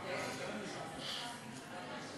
זה מצב לא נעים, זה מצב קשה, אבל אסור